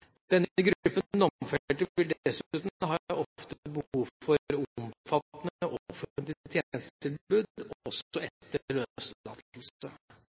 Denne gruppen domfelte vil dessuten ofte ha behov for et omfattende offentlig tjenestetilbud, også etter